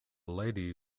lady